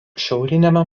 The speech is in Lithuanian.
šiauriniame